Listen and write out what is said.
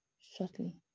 Shortly